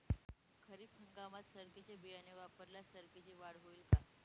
खरीप हंगामात सरकीचे बियाणे वापरल्यास सरकीची वाढ होईल का?